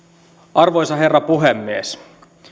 arvoisa herra puhemies